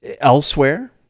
elsewhere